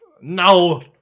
No